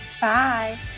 Bye